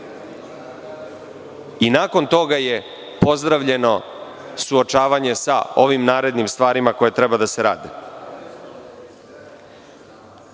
i nakon toga je pozdravljeno suočavanje sa ovim narednim stvarima koje treba da se